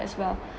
as well